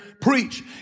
preach